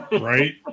Right